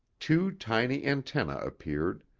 two tiny antennae appeared,